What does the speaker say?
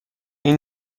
این